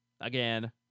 Again